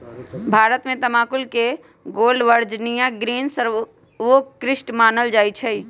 भारत में तमाकुल के गोल्डन वर्जिनियां ग्रीन सर्वोत्कृष्ट मानल जाइ छइ